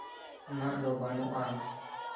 ᱫᱚ ᱵᱟᱱᱩᱜᱼᱟ